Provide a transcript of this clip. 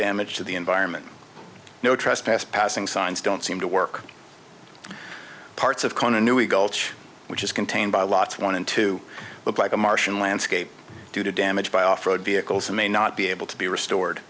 damage to the environment no trespass passing signs don't seem to work in parts of continuity gulch which is contained by lots wanted to look like a martian landscape due to damage by off road vehicles and may not be able to be restored